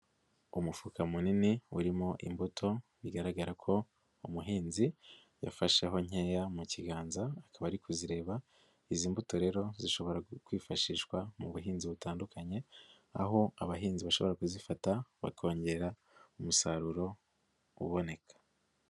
Umufuka munini urimo imbuto, bigaragara ko umuhinzi yafashe aho nkeya mu kiganza, akaba ari kuzireba, izi mbuto rero zishobora kwifashishwa mu buhinzi butandukanye, aho abahinzi bashobora kuzifata bakongera umusaruro uboneka.